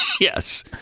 Yes